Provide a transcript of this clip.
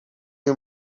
you